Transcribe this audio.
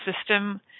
system